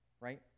Right